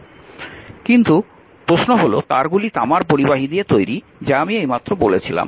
এবং কিন্তু প্রশ্ন হল তারগুলি তামার পরিবাহী দিয়ে তৈরি যা আমি এইমাত্র বলেছিলাম